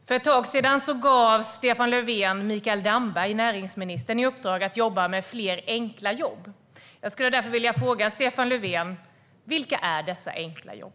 För ett tag sedan gav Stefan Löfven näringsminister Mikael Damberg i uppdrag att skapa fler enkla jobb. Jag skulle därför vilja fråga Stefan Löfven: Vilka är dessa enkla jobb?